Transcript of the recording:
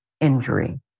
injury